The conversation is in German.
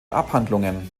abhandlungen